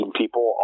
people